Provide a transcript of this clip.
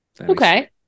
Okay